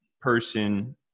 person